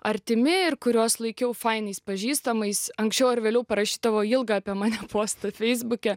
artimi ir kuriuos laikiau fainais pažįstamais anksčiau ar vėliau parašydavo ilgą apie mane postą feisbuke